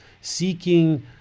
seeking